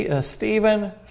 Stephen